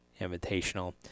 Invitational